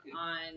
on